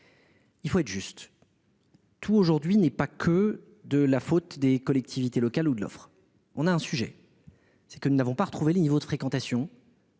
Il faut être juste, tout n'est pas seulement de la faute des collectivités locales ou de l'offre. Le vrai sujet, c'est que nous n'avons pas retrouvé le niveau de fréquentation